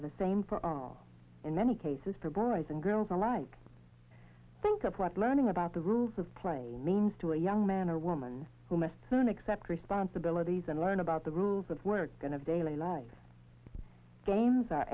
are the same for all in many cases for boys and girls alike think of what learning about the rules of play means to a young man or woman who must learn accept responsibilities and learn about the rules of work going to daily life games are